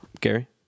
Gary